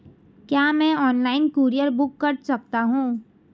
क्या मैं online courier book कर सकता हूँ?